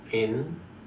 in